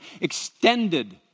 extended